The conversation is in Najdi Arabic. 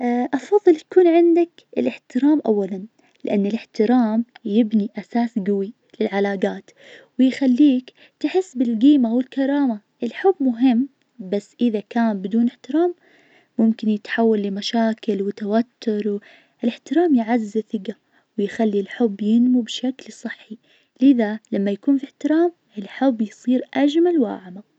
أفظل يكون عندك الإحترام أولا لأن الإحترام يبني أساس قوي للعلاقات ويخليك تحس بالقيمة والكرامة. الحب مهم بس إذا كان بدون إحترام ممكن يتحول لمشاكل وتوتر. الإحترام يعزز الثقة ويخلي الحب ينمو بشكل صحي. لذا لما يكون في إحترام الحب بيصير .أجمل وأعمق